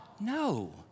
No